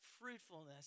fruitfulness